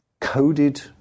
coded